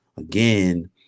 again